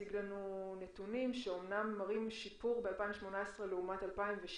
הציג לנו נתונים שאמנם מראים שיפור ב-2018 לעומת 2012,